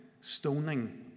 Stoning